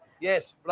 yes